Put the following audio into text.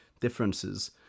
differences